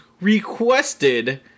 requested